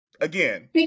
Again